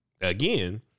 again